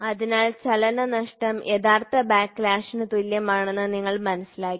അതിനാൽ ചലനനഷ്ടം യഥാർത്ഥ ബാക്ക്ലാഷിന് തുല്യമാണെന്ന് നിങ്ങൾ മനസ്സിലാക്കി